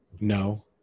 No